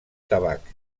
tabac